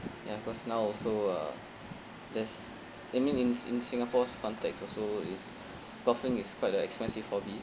ya cause now also uh there's it mean in in singapore's context also it's golfing is quite a expensive hobby